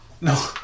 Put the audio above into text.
No